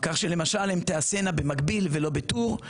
כך שלמשל הן תעשנה במקביל ולא בטור,